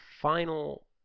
final